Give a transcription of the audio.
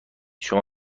شما